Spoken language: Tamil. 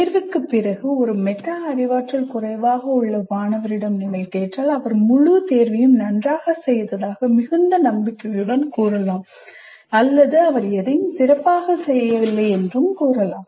தேர்வுக்குப் பிறகு ஒரு மெட்டா அறிவாற்றல் குறைவாக உள்ள மாணவரிடம் நீங்கள் கேட்டால் அவர் முழு தேர்வையும் நன்றாக செய்ததாக மிகுந்த நம்பிக்கையுடன் இருக்கலாம் அல்லது அவர் எதையும் சிறப்பாக செய்யவில்லை என்று கூறுவார்